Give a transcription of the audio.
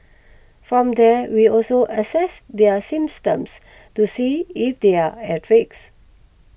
from there we'll also assess their symptoms to see if they're at risk